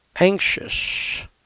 anxious